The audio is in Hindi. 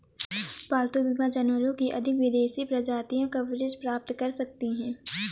पालतू बीमा जानवरों की अधिक विदेशी प्रजातियां कवरेज प्राप्त कर सकती हैं